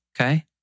Okay